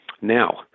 Now